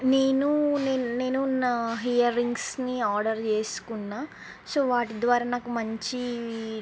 నేను నేను నేను నా ఇయర్ రింగ్స్ని ఆర్డర్ చేసుకున్నాను సో వాటి ద్వారా నాకు మంచి